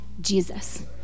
Jesus